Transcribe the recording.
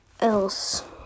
Else